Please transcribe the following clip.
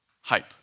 Hype